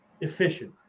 efficient